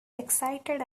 excited